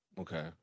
okay